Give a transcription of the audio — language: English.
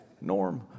Norm